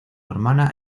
hermana